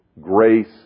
Grace